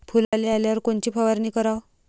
फुलाले आल्यावर कोनची फवारनी कराव?